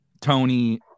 Tony